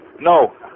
No